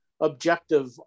objective